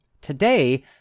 Today